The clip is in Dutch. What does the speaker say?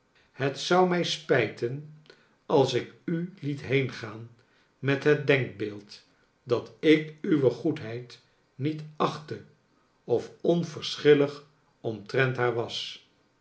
het zou mij spijten als ik u liet heengaan met het denkbeeld dat ik uwe goedheid niet achtte of onverschillig omtrent haar was